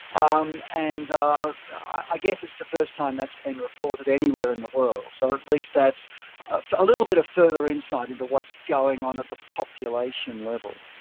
um and um i guess it's the first time that's been reported anywhere in the world, so at least that's a little bit of further further insight into what's going on at the population level.